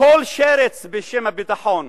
כל שרץ בשם הביטחון.